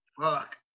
Fuck